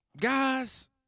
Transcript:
guys